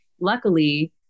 luckily